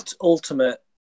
ultimate